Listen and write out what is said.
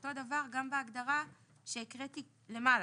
ואותו דבר גם בהגדרה שהקראתי למעלה,